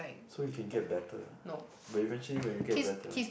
so you can get better but eventually when you get better